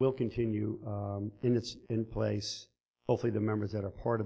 will continue and it's in place hopefully the members that are par